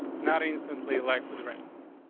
not instantly liked with the rest of them.